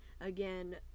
again